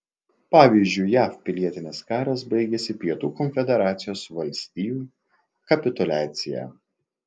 pavyzdžiui jav pilietinis karas baigėsi pietų konfederacijos valstijų kapituliacija